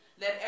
let